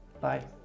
Bye